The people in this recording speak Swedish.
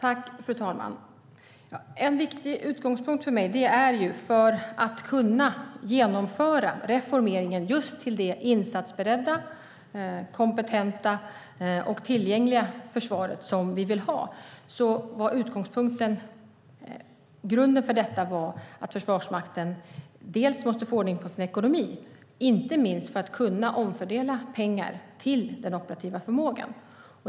Fru talman! En viktig utgångspunkt för mig är följande. Grunden för att kunna genomföra reformeringen just till det insatsberedda, kompetenta och tillgängliga försvar som vi vill ha var att Försvarsmakten måste få ordning på sin ekonomi, inte minst för att kunna omfördela pengar till den operativa förmågan.